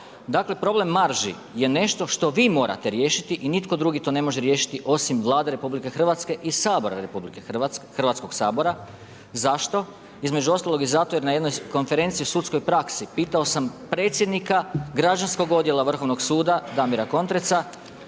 Dakle problem marži je nešto što vi morate riješiti i nitko drugo to ne može riješiti osim Vlade RH i Hrvatskog sabora. Zašto? Između ostaloga i zato jer na jednoj konferenciji i u sudskoj praksi, pitao sam predsjednika građanskog odjela Vrhovnog suda Damira Kontreca,